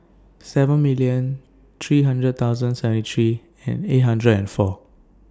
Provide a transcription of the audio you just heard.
seven million three thousand thousand seventy three and eight hundred and four